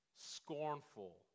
scornful